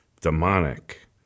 demonic